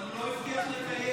אבל הוא לא הבטיח לקיים.